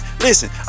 Listen